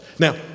Now